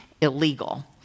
illegal